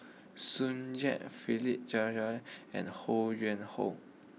Tsung Yeh Philip and Ho Yuen Hoe